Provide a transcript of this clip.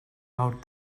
out